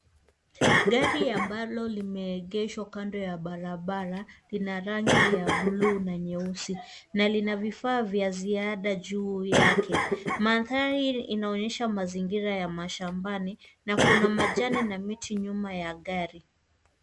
Gari ambalo limeegeshwa kando ya barabara, lina rangi ya buluu na nyeusi na lina vifaa vya ziada juu yake. Mandhari inaonyesha mazingira ya mashambani na kuna majani na miti nyuma ya gari.